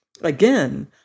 Again